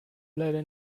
leider